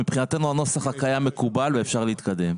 מבחינתנו הנוסח הקיים מקובל ואפשר להתקדם.